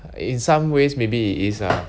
in some ways maybe it is ah